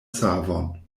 savon